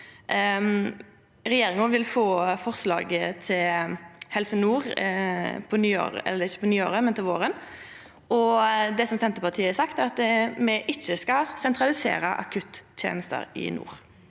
Regjeringa vil få forslaget til Helse nord til våren, og det Senterpartiet har sagt, er at me ikkje skal sentralisera akutt-tenester i nord.